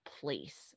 place